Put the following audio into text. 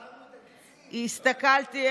הסתכלתי,